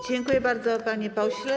Dziękuję bardzo, panie pośle.